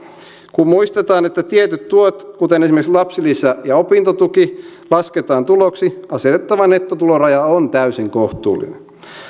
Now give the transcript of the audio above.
kun muistetaan että tietyt tulot kuten esimerkiksi lapsilisä ja opintotuki lasketaan tuloksi asetettava nettotuloraja on täysin kohtuullinen